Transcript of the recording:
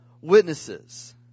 witnesses